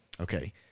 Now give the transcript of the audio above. Okay